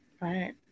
Right